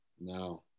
No